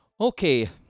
Okay